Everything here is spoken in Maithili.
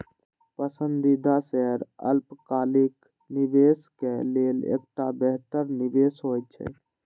पसंदीदा शेयर अल्पकालिक निवेशक लेल एकटा बेहतर निवेश होइ छै